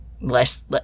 less